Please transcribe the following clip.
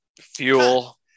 fuel